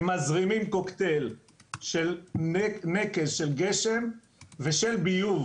הם מזרימים קוקטייל של נקז של גשם ושל ביוב,